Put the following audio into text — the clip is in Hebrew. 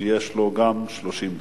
שיש לו גם 30 דקות.